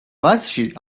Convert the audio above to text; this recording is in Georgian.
მასში